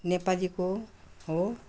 नेपालीको हो